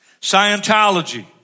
Scientology